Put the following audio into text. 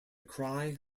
cry